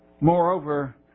Moreover